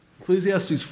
Ecclesiastes